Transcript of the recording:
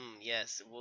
yes